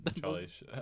Charlie's